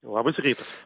labas rytas